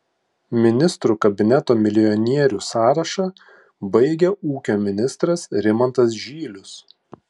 ministrų kabineto milijonierių sąrašą baigia ūkio ministras rimantas žylius